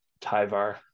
Tyvar